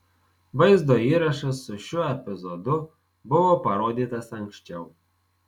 vaizdo įrašas su šiuo epizodu buvo parodytas anksčiau